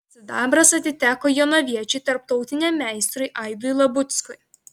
sidabras atiteko jonaviečiui tarptautiniam meistrui aidui labuckui